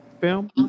film